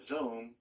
Zoom